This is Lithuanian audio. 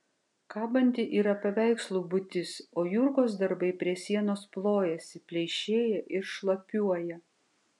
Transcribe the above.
kabanti yra paveikslų būtis o jurgos darbai prie sienos plojasi pleišėja ir šlapiuoja